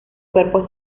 cuerpo